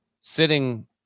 sitting